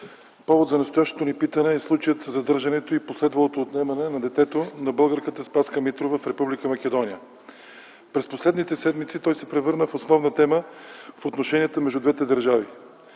Повод за настоящото ни питане е случаят със задържането и последвалото отнемане на детето на българката Спаска Митрова в Република Македония. През последните седмици той се превърна в основна тема в отношенията между двете държави.